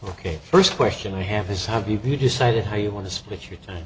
ok first question i have his have you decided how you want to split your time